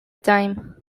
time